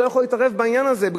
הוא לא יכול להתערב בעניין הזה,